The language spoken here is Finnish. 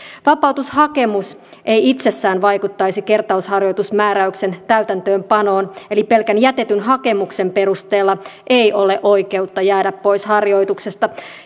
vapautushakemus ei itsessään vaikuttaisi kertausharjoitusmääräyksen täytäntöönpanoon eli pelkän jätetyn hakemuksen perusteella ei ole oikeutta jäädä pois harjoituksesta